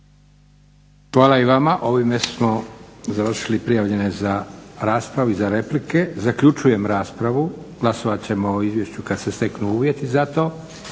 Hvala i vama. Ovime smo završili prijavljene za raspravu i za replike. Zaključujem raspravu. Glasovat ćemo o izvješću kad se steknu uvjeti za to.